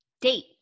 date